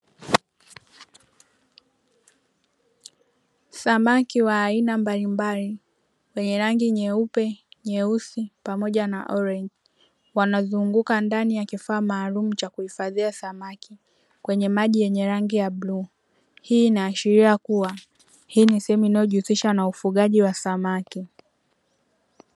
Samaki wa aina mbalimbali wenye rangi nyeupe, nyeusi pamoja na machungwa wanazunguka ndani ya kifaa maalumu cha kuhifadhia samaki kwenye maji yenye rangi ya bluu. Hii inaashiria kuwa, hii ni sehemu inayojihusisha na ufugaji wa samaki.